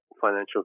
financial